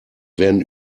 werden